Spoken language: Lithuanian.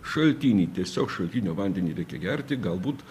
šaltinį tiesiog šaltinio vandenį reikia gerti galbūt